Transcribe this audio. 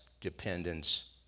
Dependence